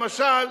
למשל,